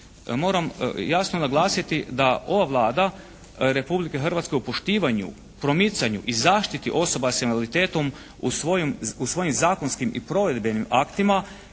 Moram jasno naglasiti da ova Vlada Republike Hrvatske o poštivanju, promicanju i zaštiti osoba s invaliditetom u svojim zakonskim i provedbenim aktima